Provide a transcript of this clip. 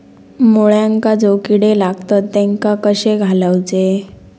मुळ्यांका जो किडे लागतात तेनका कशे घालवचे?